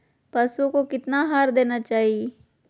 पशुओं को कितना आहार देना चाहि?